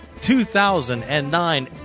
2009